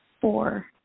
Four